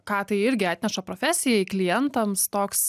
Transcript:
ką tai irgi atneša profesijai klientams toks